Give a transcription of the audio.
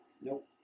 Nope